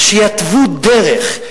שיתוו דרך,